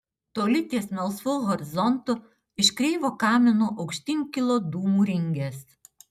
toli ties melsvu horizontu iš kreivo kamino aukštyn kilo dūmų ringės